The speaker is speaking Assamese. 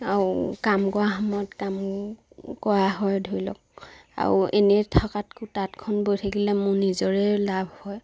আৰু কাম কৰা সময়ত কাম কৰা হয় ধৰি লওক আৰু এনেই থকাতকৈ তাঁতখন বৈ থাকিলে মোৰ নিজৰে লাভ হয়